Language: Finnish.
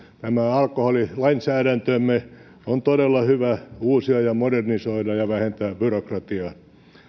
alkoholilainsäädäntömme on todella hyvä uusia ja modernisoida ja vähentää byrokratiaa